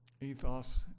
ethos